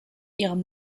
ihrem